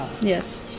yes